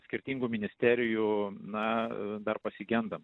skirtingų ministerijų na dar pasigendam